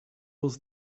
was